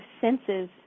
senses